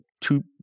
two